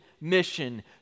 mission